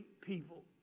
people